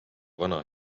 vana